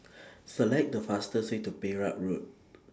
Select The fastest Way to Perak Road